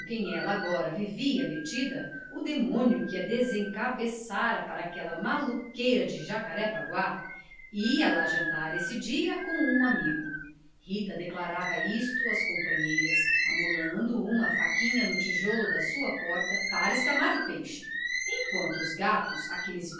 quem ela agora vivia metida o demônio que a desencabeçara para aquela maluqueira de jacarepaguá ia lá jantar esse dia com um amigo rita declarava isto às companheiras amolando uma faquinha no tijolo da sua porta para escamar o peixe enquanto os gatos aqueles